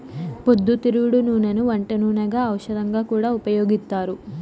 పొద్దుతిరుగుడు నూనెను వంట నూనెగా, ఔషధంగా కూడా ఉపయోగిత్తారు